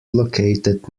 located